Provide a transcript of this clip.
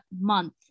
month